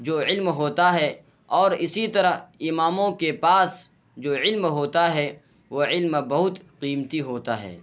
جو علم ہوتا ہے اور اسی طرح اماموں کے پاس جو علم ہوتا ہے وہ علم بہت قیمتی ہوتا ہے